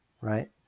right